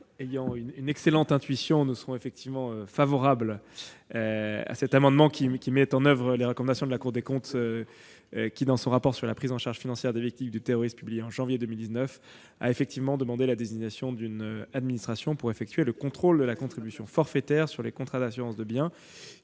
a eu une excellente intuition : le Gouvernement est très favorable à cet amendement qui met en oeuvre une recommandation de la Cour des comptes. Dans son rapport sur la prise en charge financière des victimes du terrorisme de janvier dernier, la Cour a demandé la désignation d'une administration pour effectuer le contrôle de la contribution forfaitaire sur les contrats d'assurance de biens